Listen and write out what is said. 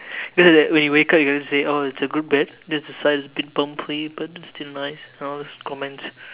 because like when you wake up you gonna say oh it's a good bed just the side is a bit bumpy but it's still nice and all those comments